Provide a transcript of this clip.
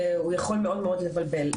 הוא יכול מאוד לבלבל,